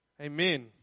Amen